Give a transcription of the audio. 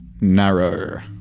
narrow